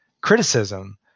criticism